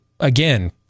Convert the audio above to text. Again